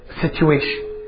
situation